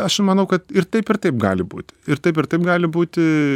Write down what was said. aš manau kad ir taip ir taip gali būti ir taip ir taip gali būti